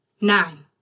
Nine